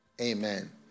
Amen